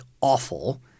awful